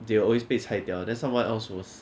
they will always 被拆掉 then someone else was